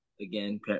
Again